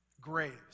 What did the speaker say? graves